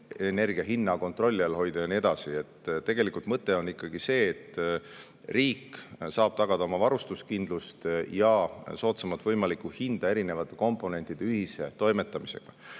energia hinna kontrolli all hoida" ja nii edasi. Tegelikult mõte on ikkagi see, et riik saab tagada oma varustuskindlust ja soodsamat võimalikku hinda erinevate komponentide ühise toimetamisega.